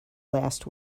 last